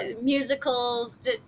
Musicals